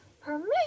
Permission